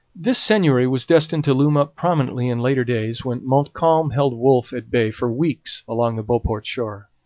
this seigneury was destined to loom up prominently in later days when montcalm held wolfe at bay for weeks along the beauport shore.